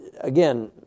again